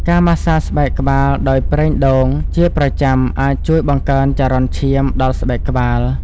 ការម៉ាស្សាស្បែកក្បាលដោយប្រេងដូងជាប្រចាំ អាចជួយ បង្កើនចរន្តឈាម ដល់ស្បែកក្បាល។